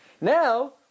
Now